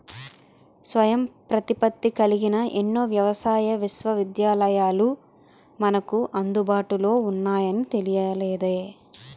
స్వయం ప్రతిపత్తి కలిగిన ఎన్నో వ్యవసాయ విశ్వవిద్యాలయాలు మనకు అందుబాటులో ఉన్నాయని తెలియలేదే